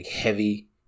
heavy